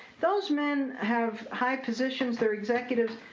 those men have high positions, they're executives.